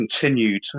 continued